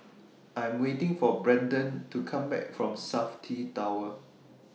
I Am waiting For Branden to Come Back from Safti Tower